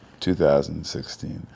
2016